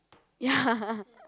ya